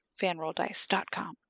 FanRollDice.com